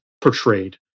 portrayed